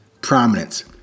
prominence